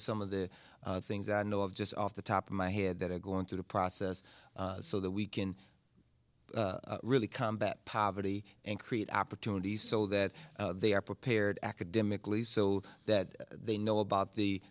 are some of the things that i know of just off the top of my head that are going through the process so that we can really combat poverty and create opportunities so that they are prepared academically so that they know about the